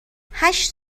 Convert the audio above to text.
هشت